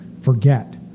forget